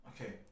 Okay